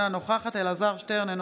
אינה נוכחת אלעזר שטרן,